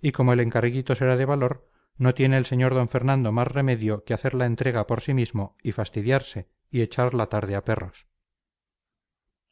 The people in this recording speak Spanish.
y como el encarguito será de valor no tiene el sr d fernando más remedio que hacer la entrega por sí mismo y fastidiarse y echar la tarde a perros